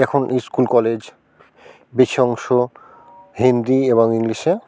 এখন school college বেশি অংশ হিন্দি এবং ইংলিশে